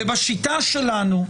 בשיטה שלנו,